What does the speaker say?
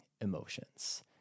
emotions